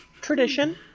Tradition